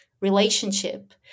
relationship